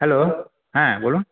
hello হ্যাঁ বলুন